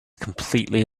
completely